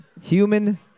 human